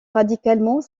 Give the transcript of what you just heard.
radicalement